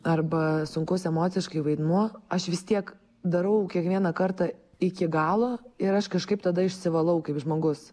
arba sunkus emociškai vaidmuo aš vis tiek darau kiekvieną kartą iki galo ir aš kažkaip tada išsivalau kaip žmogus